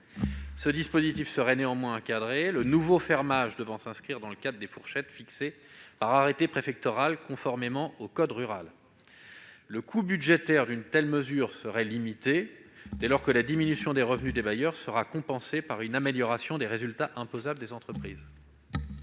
Ce dispositif serait néanmoins encadré, le nouveau fermage devant s'inscrire dans le cadre des fourchettes fixées par arrêté préfectoral, conformément au code rural. Le coût budgétaire d'une telle mesure serait limité, dès lors que la diminution des revenus des bailleurs sera compensée par une amélioration des résultats imposables des entreprises.